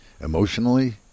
emotionally